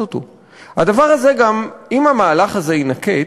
הדבר הזה גם, אם המהלך הזה יינקט,